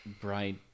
bright